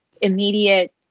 immediate